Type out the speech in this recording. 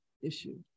issue